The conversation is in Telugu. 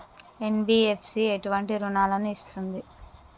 ఎన్.బి.ఎఫ్.సి ఎటువంటి రుణాలను ఇస్తుంది?